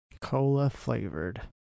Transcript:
Cola-flavored